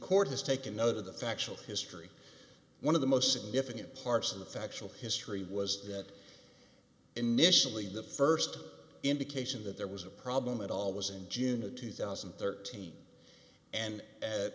court has taken note of the factual history one of the most significant parts of the factual history was that initially the st indication that there was a problem at all was in june of two thousand and thirteen and a